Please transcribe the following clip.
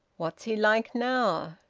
what's he like now?